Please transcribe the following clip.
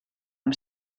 amb